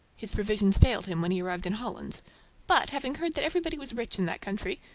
his provisions failed him when he arrived in holland but having heard that everybody was rich in that country,